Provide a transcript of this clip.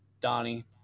Donnie